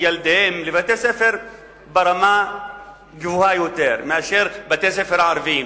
ילדיהן לבתי-ספר ברמה גבוהה יותר משל בתי-ספר ערביים,